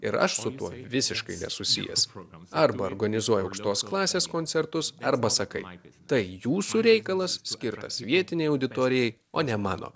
ir aš su tuo visiškai nesusijęs arba organizuoja aukštos klasės koncertus arba sakai tai jūsų reikalas skirtas vietinei auditorijai o ne mano